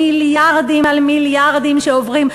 מיליארדים על מיליארדים שעוברים,